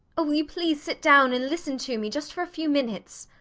will you please sit down and listen to me just for a few minutes.